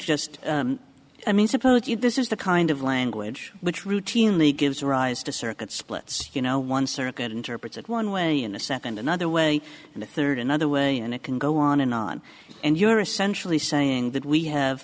just i mean suppose you this is the kind of language which routinely gives rise to circuit splits you know one circuit interprets it one way in a second another way and the third another way and it can go on and on and you are essentially saying that we have